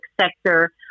sector